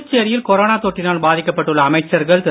புதுச்சேரியில் கொரோனா தொற்றினால் பாதிக்கப்பட்டுள்ள அமைச்சர்கள் திரு